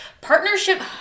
Partnership